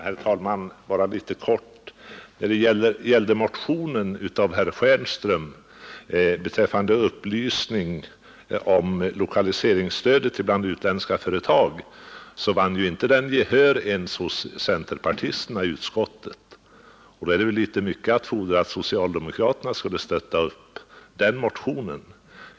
Herr talman! Bara några få ord! Motionen av herr Stjernström beträffande upplysning bland utländska företag om lokaliseringsstödet vann inte gehör ens hos centerpartisterna i utskottet, och då är det väl för mycket att begära att socialdemokraterna skulle stötta upp den.